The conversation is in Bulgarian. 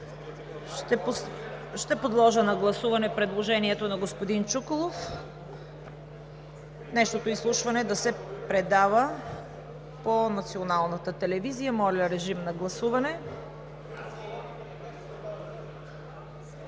Ще подложа на гласуване предложението на господин Чуколов – днешното изслушване да се предава по Националната телевизия и Националното